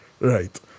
right